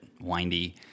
windy